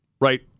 right